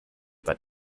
that